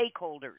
stakeholders